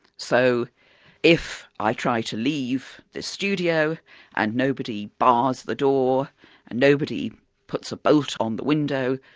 so if i try to leave the studio and nobody bars the door and nobody puts a bolt on the window,